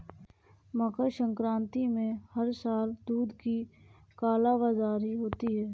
मकर संक्रांति में हर साल दूध की कालाबाजारी होती है